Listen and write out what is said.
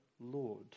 Lord